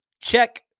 check